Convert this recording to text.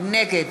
נגד